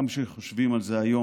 גם כשחושבים על זה היום,